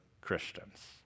Christians